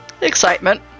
Excitement